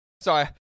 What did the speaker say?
Sorry